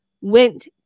went